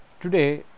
Today